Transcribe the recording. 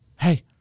hey